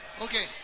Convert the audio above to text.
Okay